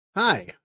Hi